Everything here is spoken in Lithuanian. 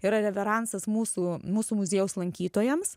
yra reveransas mūsų mūsų muziejaus lankytojams